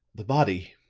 the body,